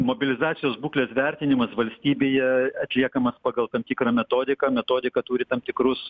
mobilizacijos būklės vertinimas valstybėje atliekamas pagal tam tikrą metodiką metodika turi tam tikrus